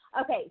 Okay